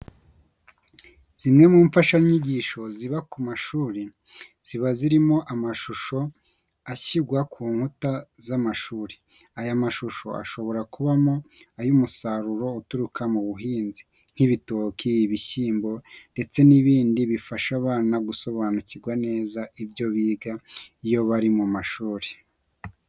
Zimwe mu mfashanyigisho ziba ku mashuri, ziba zirimo amshusho ashyirwa ku nkuta z'amashuri. Aya mashusho ashobora kubamo ay'umusaruro uturuka mu buhinzi nk'ibitoki, ibishyimbo ndetse n'ibindi bifasha abana gusobanukirwa neza ibyo biga iyo bari ku mashuri.